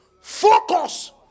Focus